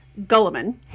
Gulliman